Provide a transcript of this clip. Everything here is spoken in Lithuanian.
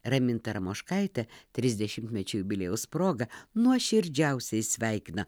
raminta ramoškaitė trisdešimtmečio jubiliejaus proga nuoširdžiausiai sveikina